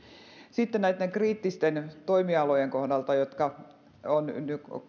sitten näitten kriittisten toimialojen kohdalta on